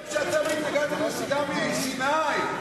היו ימים שאתם התנגדתם לנסיגה מסיני,